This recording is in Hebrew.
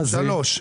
הלאה, סעיף (2).